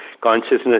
consciousness